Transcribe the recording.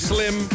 Slim